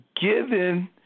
given